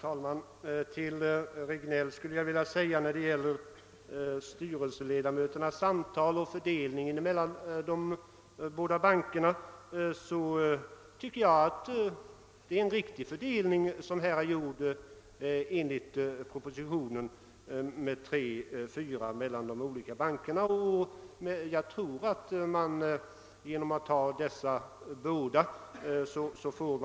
Herr talman! Jag vill till herr Regnéll beträffande fördelningen av styrelseledamöterna i de båda bankerna säga att jag tycker att den i propositionen gjorda fördelningen — tre ledamöter från den andra banken mot fyra egna — är riktig.